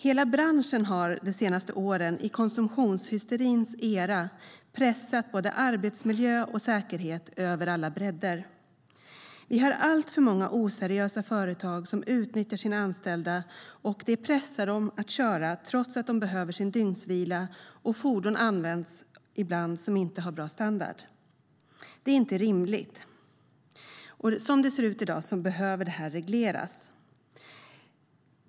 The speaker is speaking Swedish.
Hela branschen har de senaste åren i konsumtionshysterins era pressat både arbetsmiljö och säkerhet över alla bräddar. Vi har alltför många oseriösa företag som utnyttjar sina anställda, och det pressar dem att köra trots att de behöver sin dygnsvila. Fordon som inte har en bra standard används ibland. Det är inte rimligt. Som det ser ut i dag behöver detta regleras.